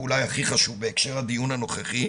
ואולי הכי חשוב בהקשר הדיון הנוכחי: